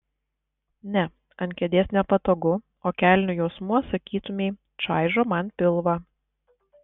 ne ant kėdės nepatogu o kelnių juosmuo sakytumei čaižo man pilvą